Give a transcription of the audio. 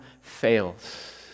fails